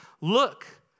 Look